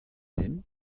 din